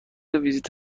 ویزیت